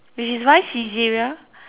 which is why Saizeriya